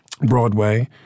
Broadway